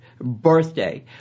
birthday